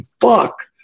fuck